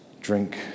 drink